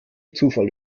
zufall